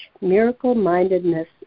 miracle-mindedness